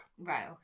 Right